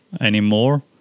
anymore